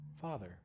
Father